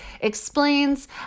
explains